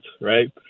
right